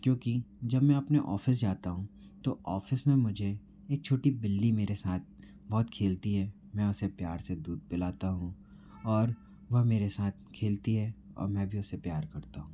क्योंकि जब मैं अपने ऑफिस जाता हूँ तो ऑफिस में मुझे एक छोटी बिल्ली मेरे साथ बहुत खेलती है मैं उसे प्यार से दूध पिलाता हूँ और वह मेरे साथ खेलती है और मैं भी उसे प्यार करता हूँ